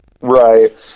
right